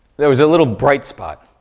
there was a little bright spot.